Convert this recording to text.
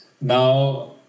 Now